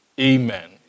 Amen